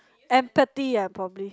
empathy ah probably